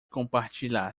compartilhar